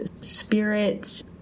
spirits